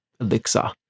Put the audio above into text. elixir